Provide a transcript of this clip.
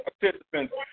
participants